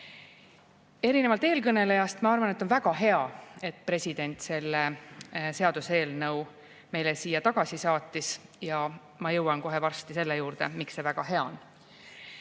eelkõnelejast ma arvan, et on väga hea, et president selle seaduseelnõu meile siia tagasi saatis. Ja ma jõuan kohe varsti selle juurde, miks see väga hea on.